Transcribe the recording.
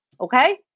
okay